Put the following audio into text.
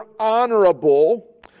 honorable